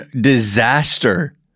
disaster